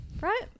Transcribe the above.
Right